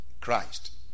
Christ